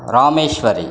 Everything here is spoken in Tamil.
ராமேஸ்வரி